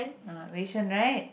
ah wei-sheng right